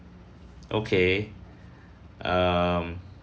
okay um